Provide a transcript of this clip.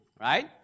right